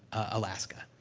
alaska.